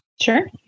sure